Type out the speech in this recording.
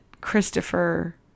Christopher